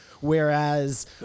Whereas